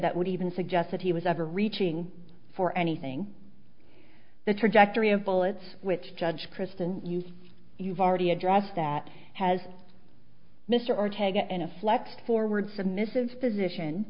that would even suggest that he was ever reaching for anything the trajectory of bullets which judge kristen used you've already addressed that has mr r tegan and a fleck forward submissive position